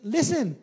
Listen